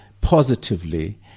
positively